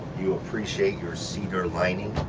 you appreciate your cedar lining.